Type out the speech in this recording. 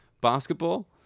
basketball